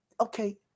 okay